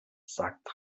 sagt